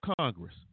congress